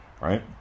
right